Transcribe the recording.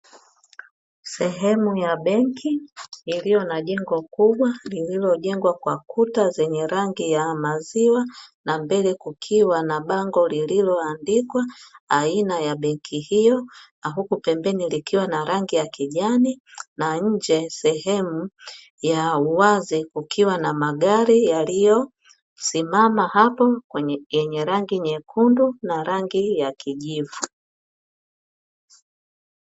Sehemu ya benki iliyo na jengo kubwa lililojengwa kwa kuta zenye rangi ya maziwa na mbele kukiwa na bango lililoandikwa aina ya benki hiyo na huku pembeni likiwa na rangi ya kijani na nje sehemu ya uwazi kukiwa na magari yaliyosimama hapo yenye rangi nyekundu na rangi ya kijivu.